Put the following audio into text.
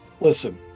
Listen